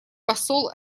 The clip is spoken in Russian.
посол